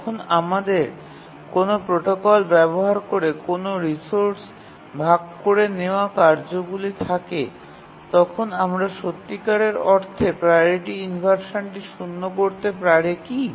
যখন আমাদের কোনও প্রোটোকল ব্যবহার করে কোনও রিসোর্স ভাগ করে নেওয়া কার্যগুলি থাকে তখন আমরা সত্যিকার অর্থে প্রাওরিটি ইনভারসানটি শূন্য করতে পারি কি